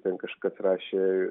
ten kažkas rašė